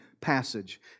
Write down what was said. passage